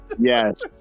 Yes